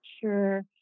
Sure